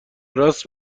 راست